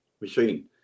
machine